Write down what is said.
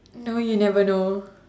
no you never know